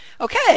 Okay